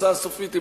התוצאה הסופית היא,